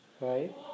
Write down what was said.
right